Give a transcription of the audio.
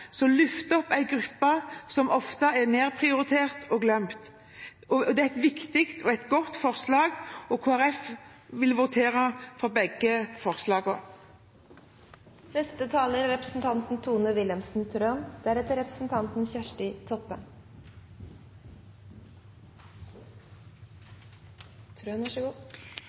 som løfter opp en gruppe som ofte er nedprioritert og glemt. Det er et viktig og godt forslag, og Kristelig Folkeparti vil stemme for begge forslagene til vedtak. Representanten